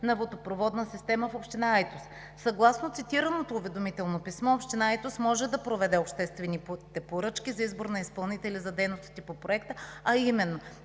на водопроводна система в община Айтос“. Съгласно цитираното уведомително писмо, община Айтос може да проведе обществени поръчки за избор на изпълнители за дейностите по Проекта, а именно: